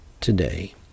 today